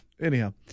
Anyhow